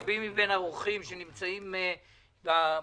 רבים מבין האורחים שנמצאים בזום,